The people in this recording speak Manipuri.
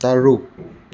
ꯇꯔꯨꯛ